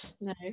no